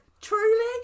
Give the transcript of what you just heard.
Truly